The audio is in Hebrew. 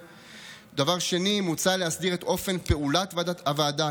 2. מוצע להסדיר את אופן פעולת הוועדה,